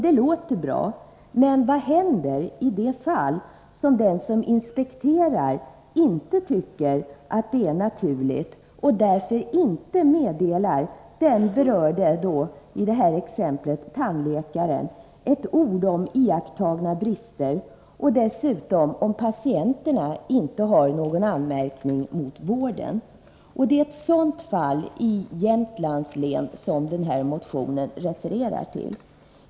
Det låter bra, men vad händer om den som inspekterar inte tycker att detta är naturligt och därför inte meddelar den berörda tandläkaren ett ord om iakttagna brister och om patienterna dessutom inte har någon anmärkning mot vården? Det är ett sådant fall i Jämtlands län som motionen refererar till.